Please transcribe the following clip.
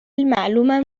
معلومم